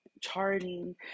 charting